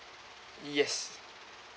yes